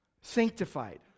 Sanctified